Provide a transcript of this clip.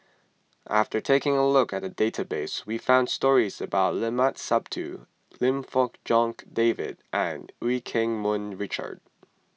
after taking a look at the database we found stories about Limat Sabtu Lim Fong Jock David and Eu Keng Mun Richard